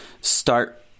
start